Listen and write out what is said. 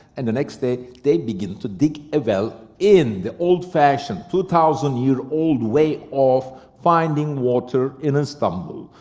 and the next day they begin to dig a well in the old fashioned, two thousand year old way of finding water in istanbul.